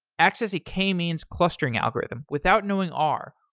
access a k-means clustering algorithm without knowing r,